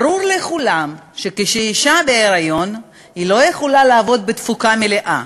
ברור לכולם שכשאישה בהיריון היא לא יכולה לעבוד בתפוקה מלאה,